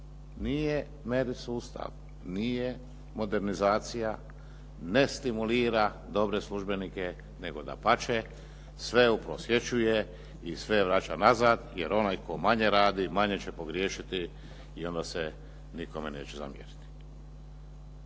… sustav, nije modernizacija, ne stimulira dobre službenike, nego dapače sve uprosječuje i sve vraća nazad jer onaj tko manje radi, manje će pogriješiti i onda se nikome neće zamjeriti.